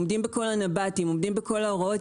עומדים בכל הנב"תים, עומדים בכל ההוראות.